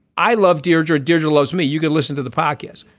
i love deirdre digital loves me. you can listen to the podcast.